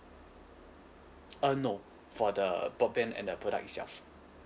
uh no for the broadband and the product itself